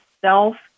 self